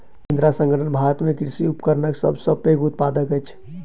महिंद्रा संगठन भारत में कृषि उपकरणक सब सॅ पैघ उत्पादक अछि